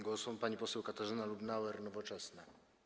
Głos ma pani poseł Katarzyna Lubnauer, Nowoczesna.